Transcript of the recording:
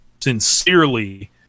sincerely